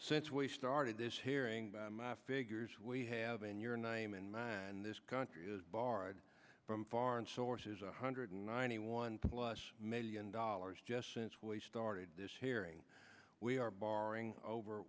since we started this hearing by my figures we have in your name and mine this country is barred from foreign sources one hundred ninety one plus million dollars just since we started this hearing we are borrowing over